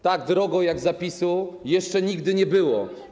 Tak drogo jak za PiS-u jeszcze nigdy nie było.